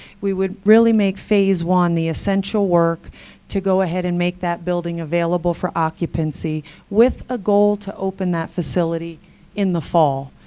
we would really make phase one the essential work to go ahead and make that building available for occupancy with a goal to open that facility in the fall,